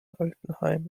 altenheim